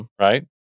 Right